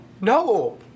No